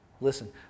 Listen